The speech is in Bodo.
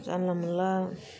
जानला मोनला